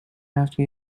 after